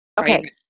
Okay